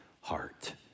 heart